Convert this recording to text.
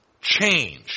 change